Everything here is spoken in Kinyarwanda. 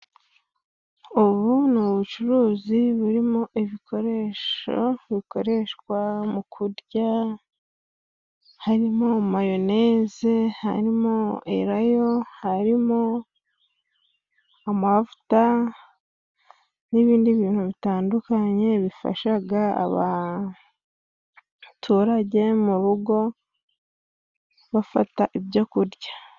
Ubu ni ubucuruzi burimo ibikoresho bikoreshwa mu kurya, harimo mayoneze, harimo erayo, harimo amavuta, n'ibindi bintu bitandukanye bifasha abaturage mu rugo bafata ibyo kurya.